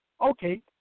Okay